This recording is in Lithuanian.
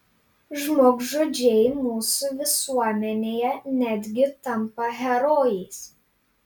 žmogžudžiai mūsų visuomenėje netgi tampa herojais